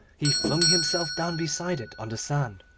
he flung himself down beside it on the sand,